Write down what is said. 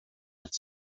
its